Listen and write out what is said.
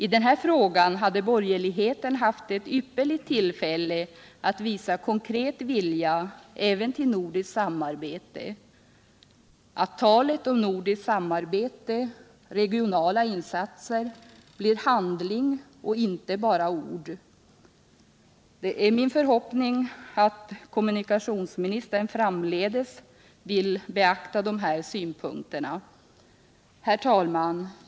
I den här frågan har borgerligheten haft ett ypperligt tillfälle att visa konkret vilja även till nordiskt samarbete så att talet om nordiskt samarbete, regionala insatser, hade blivit handling och inte bara ord. Det är min förhoppning att kommunikationsministern framdeles vill beakta dessa synpunkter. Herr talman!